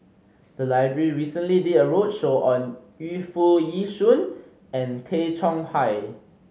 the library recently did a roadshow on Yu Foo Yee Shoon and Tay Chong Hai